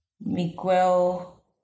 Miguel